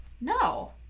no